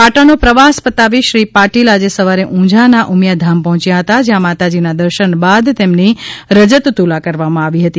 પાટણનો પ્રવાસ પતાવી શ્રી પાટિલ આજે સવારે ઊંઝાના ઉમિયાં ધામ પહોચ્યા હતા જ્યાં માતાજીના દર્શન બાદ તેમની રજત તુલા કરવામાં આવી હતી